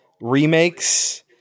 remakes